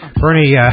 Bernie